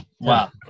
Wow